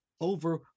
over